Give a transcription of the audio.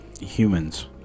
humans